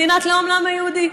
מדינת לאום לעם היהודי.